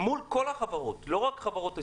מול כל החברות, לא רק החברות הישראליות,